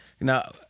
Now